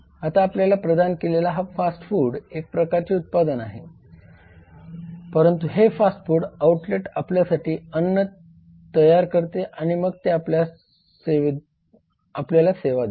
आता आपल्याला प्रदान केलेला हा फास्ट फूड एक प्रकारचे उत्पादन आहे आणि परंतु हे फास्ट फूड आउटलेट आपल्यासाठी अन्न तयार करते आणि मग ते आपल्यास सेवा देते